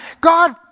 God